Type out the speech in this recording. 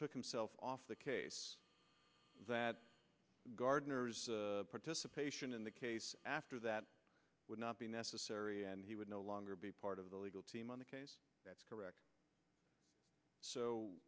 took himself off the case that gardner's participation in the case after that would not be necessary and he would no longer be part of the legal team on the case that's correct